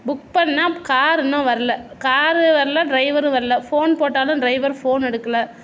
book பண்ணால் car இன்னும் வரல காரு வரல ட்ரைவரும் வரல ஃபோன் போட்டாலும் ட்ரைவர் ஃபோன் எடுக்கலை